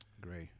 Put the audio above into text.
Great